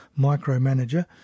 micromanager